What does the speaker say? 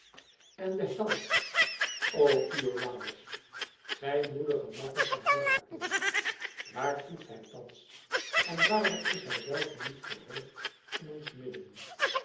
en de held o iolàos gij moedige makker van herakles waar toeft hij thans en waarom is hij zelve niet verheugd in ons midden